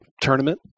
tournament